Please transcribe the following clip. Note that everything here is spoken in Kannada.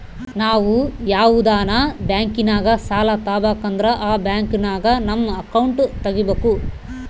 ನಾವು ಯಾವ್ದನ ಬ್ಯಾಂಕಿನಾಗ ಸಾಲ ತಾಬಕಂದ್ರ ಆ ಬ್ಯಾಂಕಿನಾಗ ನಮ್ ಅಕೌಂಟ್ ತಗಿಬಕು